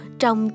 trong